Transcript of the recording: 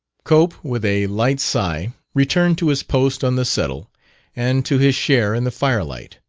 cope, with a light sigh, returned to his post on the settle and to his share in the firelight.